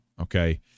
Okay